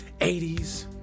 80s